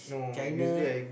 China